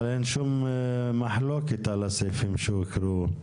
אבל אין שום מחלוקת על הסעיפים שהוקראו.